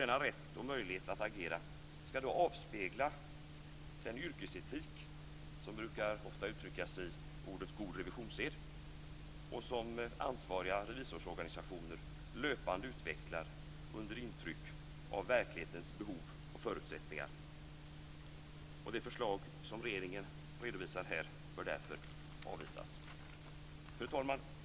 Denna rätt och möjlighet att agera skall avspegla den yrkesetik som ofta uttrycks som "god revisionssed" och som ansvariga revisorsorganisationer löpande utvecklar under intryck av verklighetens behov och förutsättningar. Det förslag som regeringen här redovisar bör därför avvisas. Fru talman!